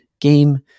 game